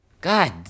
God